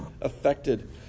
affected